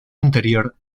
interior